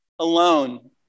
alone